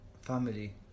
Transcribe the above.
family